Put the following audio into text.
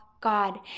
God